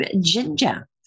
ginger